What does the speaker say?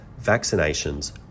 vaccinations